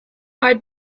buy